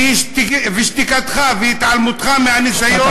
ושתיקתך והתעלמותך מהניסיון,